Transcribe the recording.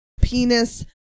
penis